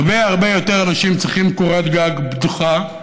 הרבה הרבה יותר אנשים צריכים קורת גג בטוחה,